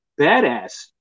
badass